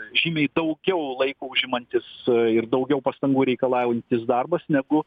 žymiai daugiau laiko užimantis ir daugiau pastangų reikalaujantis darbas negu